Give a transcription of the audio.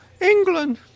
England